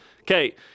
Okay